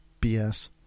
bs